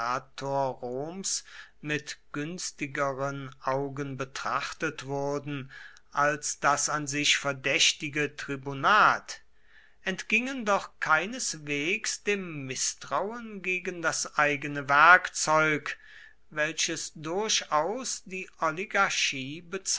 mit günstigeren augen betrachtet wurden als das an sich verdächtige tribunat entgingen doch keineswegs dem mißtrauen gegen das eigene werkzeug welches durchaus die